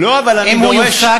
לא, אבל אני דורש.